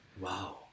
Wow